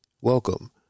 Welcome